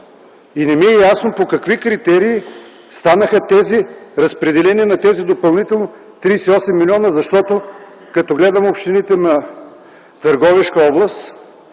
И не ми е ясно – по какви критерии станаха тези разпределения на тези допълнително 38 милиона? Защото, като гледам общините на Търговищка област